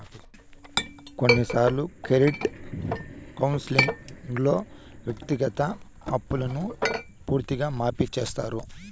కొన్నిసార్లు క్రెడిట్ కౌన్సిలింగ్లో వ్యక్తిగత అప్పును పూర్తిగా మాఫీ చేత్తారు